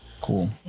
Cool